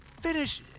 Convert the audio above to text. finish